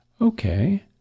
Okay